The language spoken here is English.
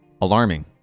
alarming